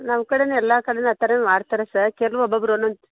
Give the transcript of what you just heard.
ನಮ್ಮ ಕಡೆಯೂ ಎಲ್ಲ ಕಡೆಯೂ ಆ ಥರವೇ ಮಾಡ್ತಾರೆ ಸರ್ ಕೆಲ ಒಬ್ಬೊಬ್ಬರು ಒಂದೊಂದು